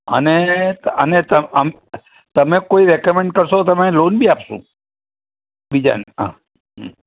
અને અને તમે કોઈ રેકમેન્ડ કરશો તો અમે લોન બી આપશુ બીજાને હ હ